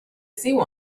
see